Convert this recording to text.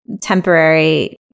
temporary